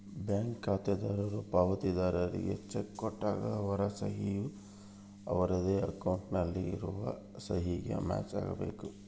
bank ಖಾತೆದಾರರು ಪಾವತಿದಾರ್ರಿಗೆ cheque ಕೊಟ್ಟಾಗ ಅವರ ಸಹಿ ಯು ಅವರದ್ದೇ ಅಕೌಂಟ್ ನಲ್ಲಿ ಇರುವ ಸಹಿಗೆ ಮ್ಯಾಚ್ ಆಗಬೇಕು